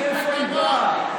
אתה מסכן חיי אדם.